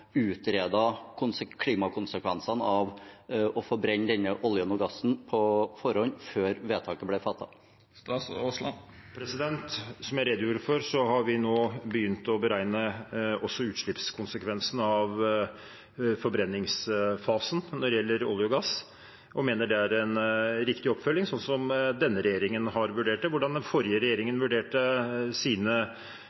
klimakonsekvensene av å forbrenne denne oljen og gassen på forhånd, før vedtaket ble fattet? Som jeg redegjorde for, har vi nå begynt å beregne også utslippskonsekvensene av forbrenningsfasen når det gjelder olje og gass, og vi mener det er en riktig oppfølging, sånn denne regjeringen har vurdert det. Hvordan den forrige regjeringen